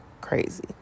Crazy